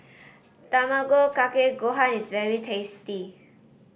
Tamago Kake Gohan is very tasty